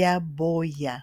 geboje